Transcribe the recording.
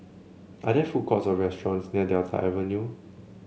are there food courts or restaurants near Delta Avenue